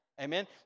Amen